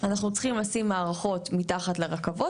אנחנו צריכים לשים מערכות מתחת לרכבות,